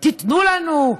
תיתנו לנו.